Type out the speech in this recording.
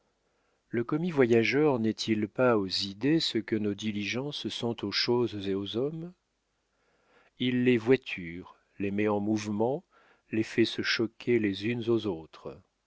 le commis-voyageur n'est-il pas aux idées ce que nos diligences sont aux choses et aux hommes il les voiture les met en mouvement les fait se choquer les unes aux autres